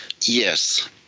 yes